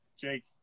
Jake